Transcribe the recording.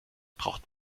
braucht